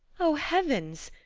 o heavens!